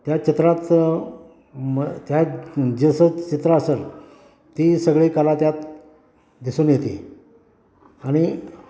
त्या चित्रात म त्या जसं चित्र असंल ती सगळी कला त्यात दिसून येते आणि